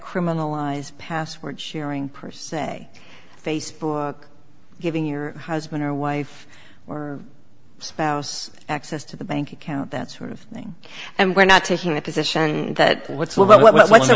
criminalize password sharing per se facebook giving your husband or wife or spouse access to the bank account that sort of thing and we're not taking the position that what's what the